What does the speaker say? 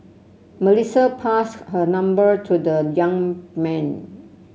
Melissa passed her number to the young man